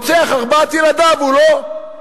רוצח ארבעת ילדיו הוא לא.